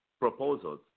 proposals